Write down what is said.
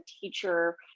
teacher